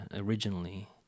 originally